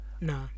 Nah